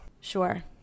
Sure